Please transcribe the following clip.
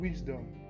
Wisdom